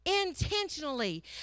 Intentionally